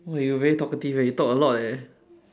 !wah! you very talkative leh you talk a lot leh